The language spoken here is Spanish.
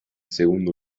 segundo